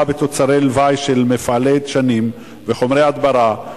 בתוצרי לוואי של מפעלי דשנים וחומרי הדברה,